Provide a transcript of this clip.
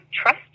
trust